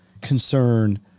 concern